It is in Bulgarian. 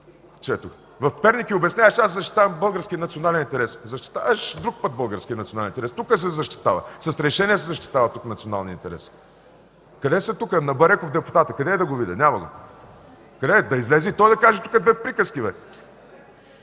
В Перник обясняваше: „Аз защитавам българския национален интерес”. Защитаваш друг път българския национален интерес. Тук се защитава, с решение се защитава тук националният интерес. На Бареков депутатът къде е, да го видя? Няма го. Къде е? Да излезе и той да каже тук две приказки!